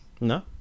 No